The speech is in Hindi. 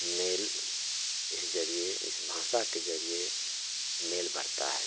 मेल इस जरिए इस भाषा के जरिए मेल बढ़ता है